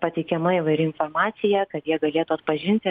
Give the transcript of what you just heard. pateikiama įvairi informacija kad jie galėtų atpažinti